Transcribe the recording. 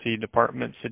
department